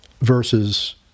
versus